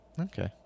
Okay